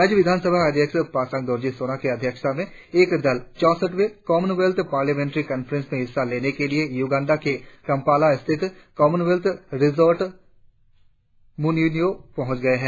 राज्य विधानसभा अध्यक्ष पासान दोरजी सोना की अध्यक्षता में एक दल चौसठवें कवनवेल्थ पार्लियामेंट्री कांफ्रेंस में हिस्सा लेने के लिए योगंडा के कमपाला स्थित कमनवेत्थ रिसोर्ट मुनयुनयो पहुंच गए है